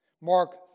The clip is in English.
Mark